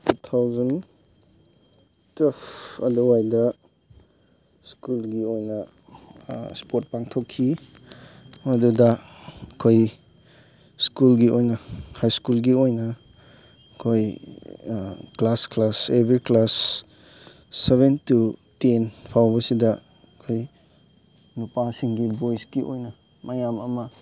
two thousand twelve ꯑꯗꯨꯋꯥꯏꯗ ꯁ꯭ꯀꯨꯜꯒꯤ ꯑꯣꯏꯅ ꯏꯁꯄꯣꯔꯠ ꯄꯥꯡꯊꯣꯛꯈꯤ ꯃꯗꯨꯗ ꯑꯩꯈꯣꯏ ꯁ꯭ꯀꯨꯜꯒꯤ ꯑꯣꯏꯅ ꯍꯥꯏ ꯁ꯭ꯀꯨꯜꯒꯤ ꯑꯣꯏꯅ ꯑꯩꯈꯣꯏ class class every class seven to ten ꯐꯥꯎꯕꯁꯤꯗ ꯑꯩꯈꯣꯏ ꯅꯨꯄꯥꯁꯤꯡꯒꯤ ꯕꯣꯏꯁꯀꯤ ꯑꯣꯏꯅ ꯃꯌꯥꯝ ꯑꯃ